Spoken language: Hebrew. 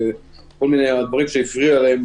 וכל מיני דברים שהפריעו להם,